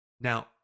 Now